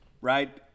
right